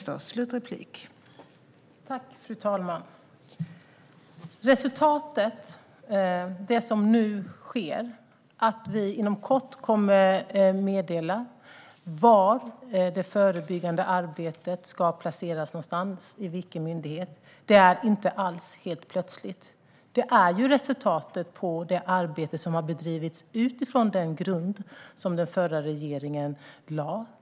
Fru talman! Det som nu sker, nämligen att vi inom kort kommer att meddela var det förebyggande arbetet ska ske någonstans - i vilken myndighet - är inte något som kommer helt plötsligt, utan det är resultat av det arbete som har bedrivits utifrån den grund som den förra regeringen lade fast.